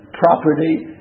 property